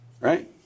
right